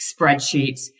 spreadsheets